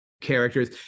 characters